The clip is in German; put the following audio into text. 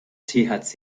thc